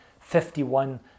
51